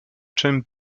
czym